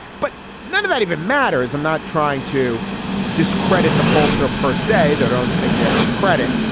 but none of that even matters. i'm not trying to discredit the pollster per say they don't think they have much credit.